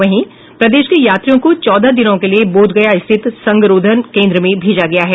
वहीं प्रदेश के यात्रियों को चौदह दिनों के लिये बोधगया स्थित संगरोधन केंद्र मे भेजा गया है